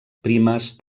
primes